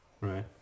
right